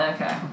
Okay